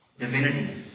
divinity